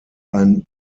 ein